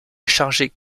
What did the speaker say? chargé